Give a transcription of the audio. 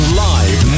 live